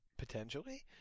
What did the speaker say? potentially